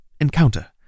Encounter